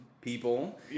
people